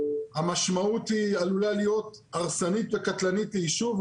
המשמעות היא עלולה להיות הרסנית וקטלנית ליישוב.